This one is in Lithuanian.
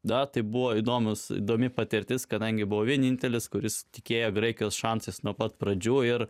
tadatai buvo įdomūs įdomi patirtis kadangi buvau vienintelis kuris tikėjo graikijos šansas nuo pat pradžių ir